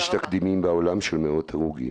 יש תקדימים בעולם של מאות הרוגים.